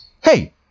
hey